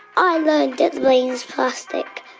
i learned that the brain is plastic.